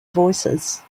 voices